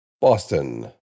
Boston